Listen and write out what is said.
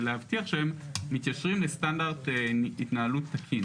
אלא להבטיח שהם מתיישרים לסטנדרט התנהלות תקין.